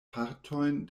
partojn